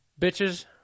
Bitches